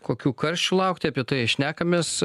kokių karščių laukti apie tai šnekamės